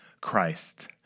Christ